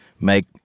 make